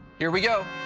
here we go!